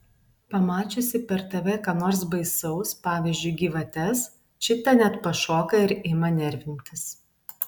pamačiusi per tv ką nors baisaus pavyzdžiui gyvates čita net pašoka ir ima nervintis